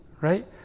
Right